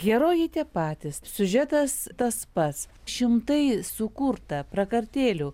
herojai tie patys siužetas tas pats šimtai sukurta prakartėlių